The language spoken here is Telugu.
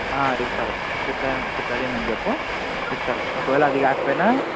ఇస్తారు సిప్లడిన్ అని చెప్పు ఇస్తారు ఒకవేళ అది కాకపోయిన